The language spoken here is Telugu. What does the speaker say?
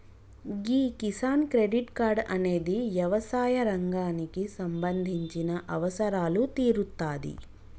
గీ కిసాన్ క్రెడిట్ కార్డ్ అనేది యవసాయ రంగానికి సంబంధించిన అవసరాలు తీరుత్తాది